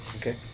Okay